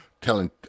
telling